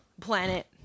planet